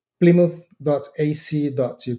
plymouth.ac.uk